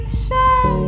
say